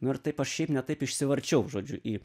nu ir taip aš šiaip ne taip išsivarčiau žodžiu į